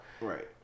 Right